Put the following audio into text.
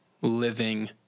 living